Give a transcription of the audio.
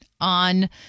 on